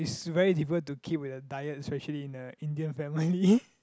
is very difficult to keep with a diet especially in a Indian family